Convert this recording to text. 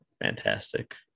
fantastic